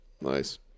Nice